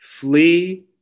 Flee